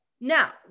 now